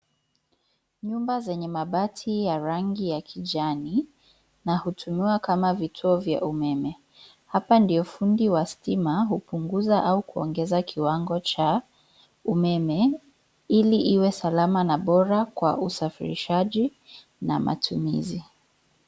Nyumba zenye mabati ya rangi ya kijani, na hutumiwa kama vituo vya umeme, hapa ndio fundi wa stima hupunguza au kuongeza kiwango cha, umeme, ili iwe salama na bora kwa usafirishaji, na matumizi.